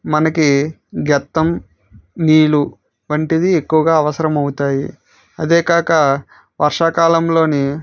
మనకి గెత్తం నీలు వంటిది ఎక్కువగా అవసరం అవుతాయి అదే కాక వర్షాకాలంలోని